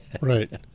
Right